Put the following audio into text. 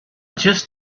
just